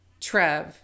Trev